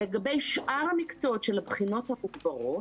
לגבי שאר המקצועות של הבחינות המוגברות,